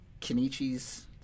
Kenichi's